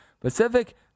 Pacific